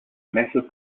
massive